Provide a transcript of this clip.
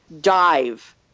dive